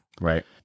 right